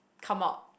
come out